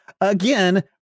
again